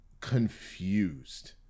confused